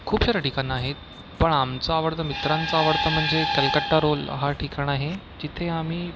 खूप सारे ठिकाणं आहेत पण आमचं आवडतं मित्रांचं आवडतं म्हणजे कलकट्टा रोल हा ठिकाण आहे जिथे आम्ही